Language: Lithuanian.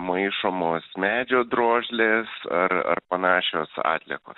maišomos medžio drožlės ar ar panašios atliekos